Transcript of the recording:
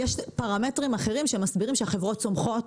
יש פרמטרים אחרים שמסבירים שהחברות צומחות,